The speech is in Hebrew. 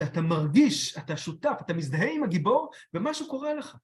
אתה מרגיש, אתה שותף, אתה מזדהה עם הגיבור, ומשהו קורה לך.